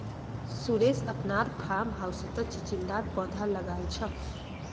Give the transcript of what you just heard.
सुरेश अपनार फार्म हाउसत चिचिण्डार पौधा लगाल छ